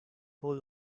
hold